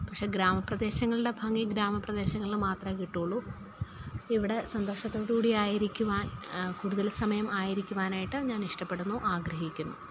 പക്ഷേ ഗ്രാമപ്രദേശങ്ങളുടെ ഭംഗി ഗ്രാമപ്രദേശങ്ങളിൽ മാത്രമേ കിട്ടുവൊള്ളു ഇവിടെ സന്തോഷത്തോടു കൂടി ആയിരിക്കുവാൻ കൂടുതൽ സമയം ആയിരിക്കുവാനായിട്ട് ഞാൻ ഇഷ്ടപ്പെടുന്നു ആഗ്രഹിക്കുന്നു